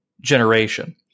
generation